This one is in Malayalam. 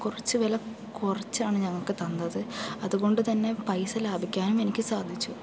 കുറച്ച് വില കുറച്ചാണ് ഞങ്ങൾക്ക് തന്നത് അതുകൊണ്ട് തന്നെ പൈസ ലാഭിക്കാനും എനിക്ക് സാധിച്ചു